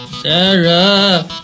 Sarah